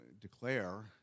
declare